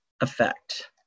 effect